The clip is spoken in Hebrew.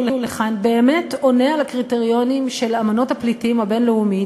לכאן באמת עונה על הקריטריונים של האמנה הבין-לאומית